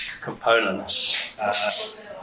components